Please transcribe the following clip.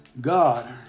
God